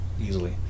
easily